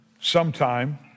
sometime